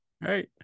right